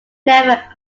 never